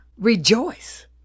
rejoice